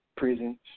prison